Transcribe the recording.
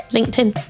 LinkedIn